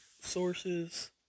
sources